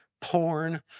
porn